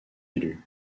élu